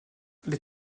les